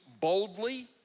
boldly